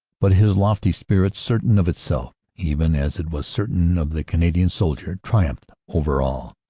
but his lofty spirit, certain of itself even as it was certain of the canadian soldier, triumphed over all.